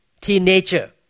teenager